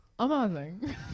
Amazing